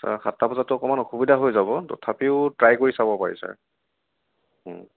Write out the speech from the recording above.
sir সাতটা বজাতটো অকণমান অসুবিধা হৈ যাব তথাপিও ট্ৰাই কৰি চাব পাৰি চাৰ